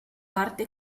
parte